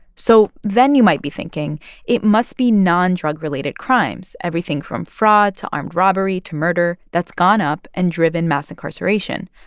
so then you might be thinking it must be non-drug related crimes everything from fraud to armed robbery to murder that's gone up and driven mass incarceration.